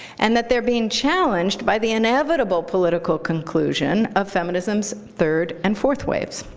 and that they're being challenged by the inevitable political conclusion of feminisms' third and fourth waves,